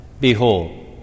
Behold